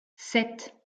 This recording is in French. sept